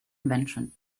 invention